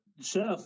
Chef